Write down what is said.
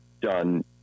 done